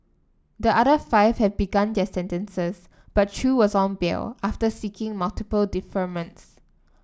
the other five have begun their sentences but Chew was on bail after seeking multiple deferments